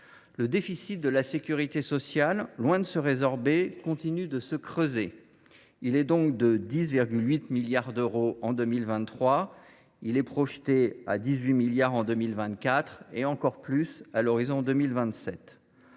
Le déficit de la sécurité sociale, loin de se résorber, continue de se creuser : de 10,8 milliards d’euros en 2023, il est projeté à 18 milliards en 2024, et à encore plus à l’horizon de 2027.